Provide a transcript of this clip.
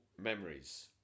memories